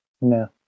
No